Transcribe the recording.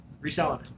reselling